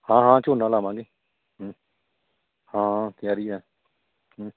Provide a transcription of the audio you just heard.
ਹਾਂ ਹਾਂ ਝੋਨਾ ਲਗਾਵਾਂਗੇ ਹਾਂ ਹਾਂ ਤਿਆਰੀ ਆ ਹੂੰ